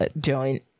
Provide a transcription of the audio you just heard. joint